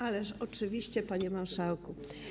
Ależ oczywiście, panie marszałku.